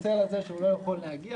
הוא התנצל על זה שהוא לא יכול להגיע.